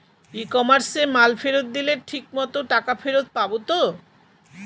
ই কমার্সে মাল ফেরত দিলে ঠিক মতো টাকা ফেরত পাব তো?